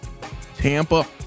Tampa